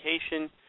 education